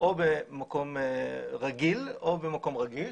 או במקום רגיל, או במקום רגיש.